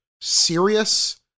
serious